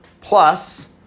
plus